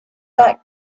that